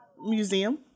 museum